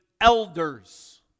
elders